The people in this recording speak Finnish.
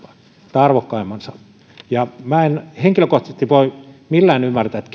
arvokkaimpansa minä en henkilökohtaisesti voi millään ymmärtää että